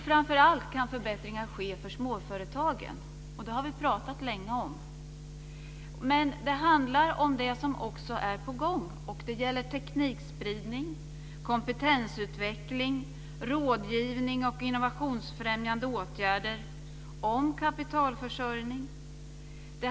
Framför allt kan förbättringar ske för småföretagen. Det har vi pratat länge om. Det handlar också om det som är på gång. Det gäller teknikspridning, kompetensutveckling, rådgivning, innovationsfrämjande åtgärder och kapitalförsörjning.